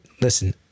listen